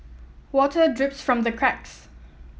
water drips from the cracks